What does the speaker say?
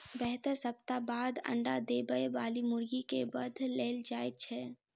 बहत्तर सप्ताह बाद अंडा देबय बाली मुर्गी के वध देल जाइत छै